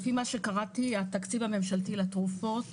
לפי מה שקראתי, התקציב הממשלתי לתרופות